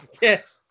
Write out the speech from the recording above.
Yes